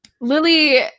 Lily